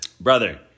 Brother